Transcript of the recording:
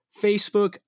facebook